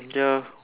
ya